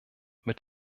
mit